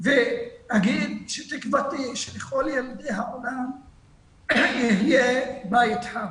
ואגיד שתקוותי שלכל ילדי העולם יהיה בית חם,